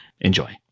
Enjoy